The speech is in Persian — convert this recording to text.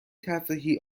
تفریحی